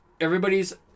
everybody's